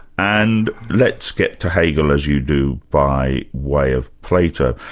and let's get to hegel as you do by way of plato.